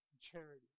charity